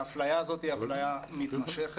האפליה הזאת היא אפליה מתמשכת.